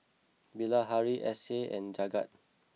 Bilahari Akshay and Jagat